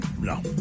no